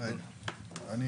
אני